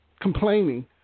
Complaining